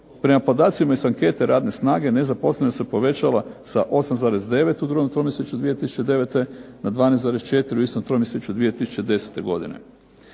Prema podacima iz ankete radne snage nezaposlenost se povećala sa 8,9 u drugom tromjesečju 2009. na 12,4 u istom tromjesečju 2010. godine.